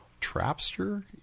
trapster